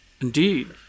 Indeed